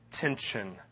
tension